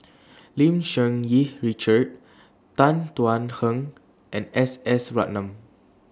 Lim Cherng Yih Richard Tan Thuan Heng and S S Ratnam